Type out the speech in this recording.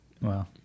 Wow